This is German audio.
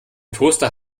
toaster